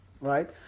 right